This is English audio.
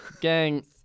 gang